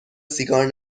سیگار